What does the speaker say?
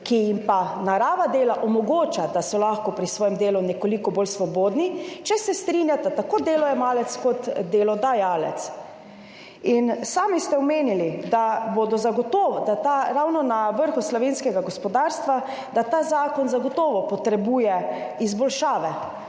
ki jim pa narava dela omogoča, da so lahko pri svojem delu nekoliko bolj svobodni, če se strinjata tako delojemalec kot delodajalec. In sami ste omenili ravno na Vrhu slovenskega gospodarstva, da ta zakon zagotovo potrebuje izboljšave.